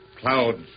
Clouds